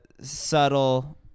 subtle